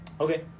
Okay